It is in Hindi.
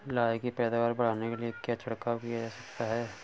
लाही की पैदावार बढ़ाने के लिए क्या छिड़काव किया जा सकता है?